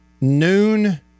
noon